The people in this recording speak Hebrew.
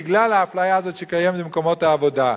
בגלל האפליה הזאת שקיימת במקומות העבודה,